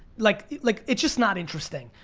like like it's just not interesting,